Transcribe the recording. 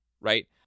right